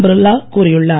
பிர்லா கூறியுள்ளார்